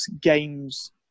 Games